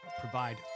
provide